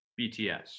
BTS